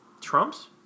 Trump's